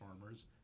farmers